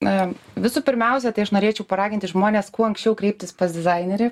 na visų pirmiausia tai aš norėčiau paraginti žmones kuo anksčiau kreiptis pas dizainerį